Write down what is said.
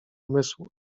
umysłu